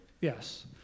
yes